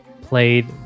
played